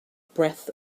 breath